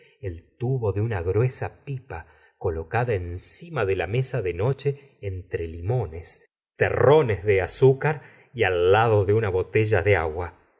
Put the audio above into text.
el tubo de una gruesa pipa colocada encima de la mesa de noche entre limones terrones de azúcar y al lado de una botella de agua